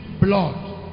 blood